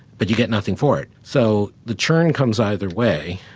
but you get nothing for it. so the churn comes either way,